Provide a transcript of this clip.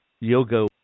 yoga